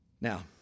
Now